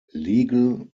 legal